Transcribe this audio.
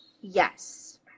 Yes